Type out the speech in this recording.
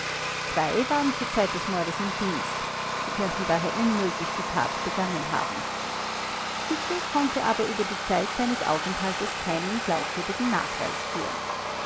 zwei waren zur zeit des mordes im dienst sie könnten daher unmöglich die tat begangen haben hickel konnte aber über die zeit seines aufenthaltes keinen glaubwürdigen nachweis führen